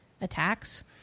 attacks